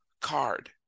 card